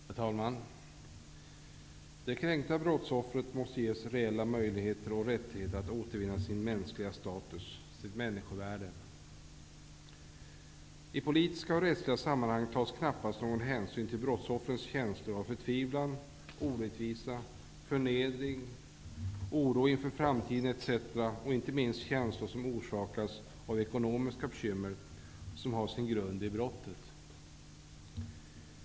Herr talman! Det kränkta brottsoffret måste ges reella möjligheter och rättigheter att återvinna sin mänskliga status -- sitt människovärde. I politiska och rättsliga sammanhang tas knappast någon hänsyn till brottsoffrens känslor av förtvivlan, orättvisa, förnedring, oro inför framtiden och inte minst känslor som orsakas av ekonomiska bekymmer som har sin grund i brottet.